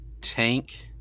tank